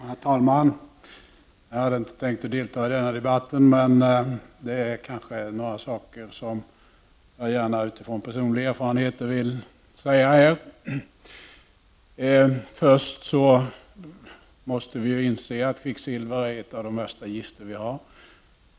Herr talman! Jag hade inte tänkt delta i denna debatt, men det är ett par saker som jag utifrån egen erfarenhet vill nämna här. Först måste vi inse att kvicksilver är ett av de värsta gifter som vi har.